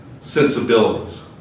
sensibilities